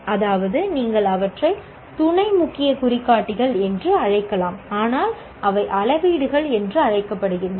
அதாவது நீங்கள் அவற்றை துணை முக்கிய குறிகாட்டிகள் என்று அழைக்கலாம் ஆனால் அவை அளவீடுகள் என்று அழைக்கப்படுகின்றன